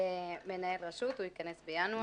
מנהל רשות, הוא ייכנס בינואר.